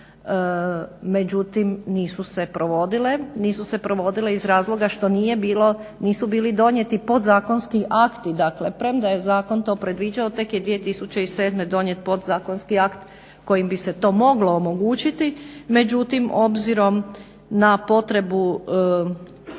Nisu se provodile iz razloga što nije bilo, nisu bili donijeti podzakonski akti. Dakle, premda je zakon to predviđao tek je 2007. donijet podzakonski akt kojim bi se to moglo omogućiti. Međutim, obzirom na potrebu